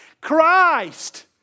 Christ